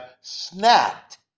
snapped